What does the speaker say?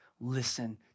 listen